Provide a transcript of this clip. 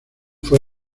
fue